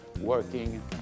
working